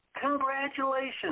Congratulations